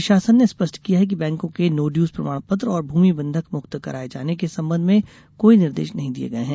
राज्य शासन ने स्पष्ट किया है कि बैंकों के नोड्यूज प्रमाण पत्र और भूमि बंधक मुक्त कराये जाने के संबंध में कोई निर्देश नहीं दिये गये हैं